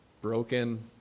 broken